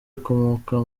akomoka